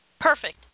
Perfect